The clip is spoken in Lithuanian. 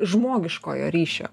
žmogiškojo ryšio